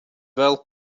well